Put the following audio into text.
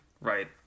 right